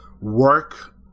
work